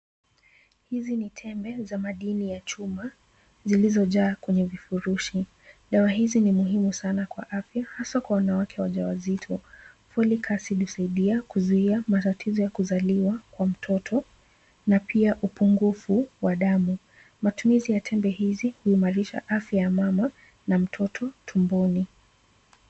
Hizi ni tembe za madini ya chuma, zilizojaa kwenye vifurushi. Dawa hizi ni muhimu sana kwa afya haswa kwa wanawake wajawazito. Folic acid husaidia kuzuia matatizo ya kuzaliwa kwa mtoto na pia upungufu wa damu. Matumizi ya tembe hizi huimarisha afya ya mama na mtoto tumboni.